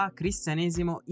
cristianesimo